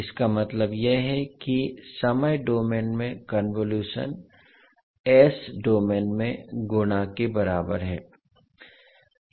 इसका मतलब यह है कि समय डोमेन में कन्वोलुशनन s डोमेन में गुणा के बराबर है